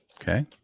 Okay